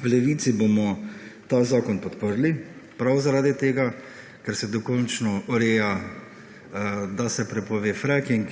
V Levici bomo ta zakon podprli, prav zaradi tega, ker se dokončno ureja, da se prepove fracking,